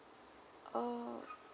err